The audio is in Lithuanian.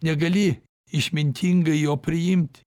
negali išmintingai jo priimti